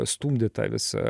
stumdė tą visą